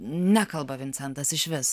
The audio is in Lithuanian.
nekalba vincentas išvis